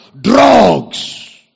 Drugs